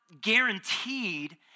guaranteed